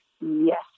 Yes